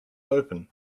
open